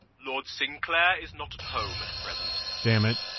lord sinclair is not at home at present. dammit!